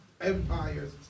Empire's